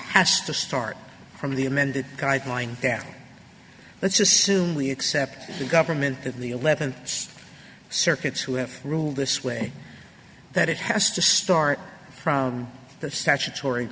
has to start from the amended guideline that let's assume we accept the government that the eleven circuits who have ruled this way that it has to start from the statutory